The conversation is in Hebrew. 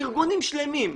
ארגונים שלמים,